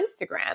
Instagram